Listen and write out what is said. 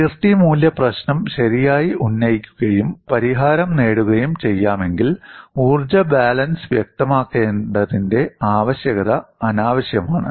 അതിർത്തി മൂല്യ പ്രശ്നം ശരിയായി ഉന്നയിക്കുകയും പരിഹാരം നേടുകയും ചെയ്യാമെങ്കിൽ ഊർജ്ജ ബാലൻസ് വ്യക്തമാക്കേണ്ടതിന്റെ ആവശ്യകത അനാവശ്യമാണ്